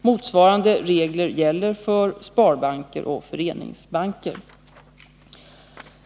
Motsvarande regler gäller för sparbanker och föreningsbanker.